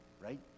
right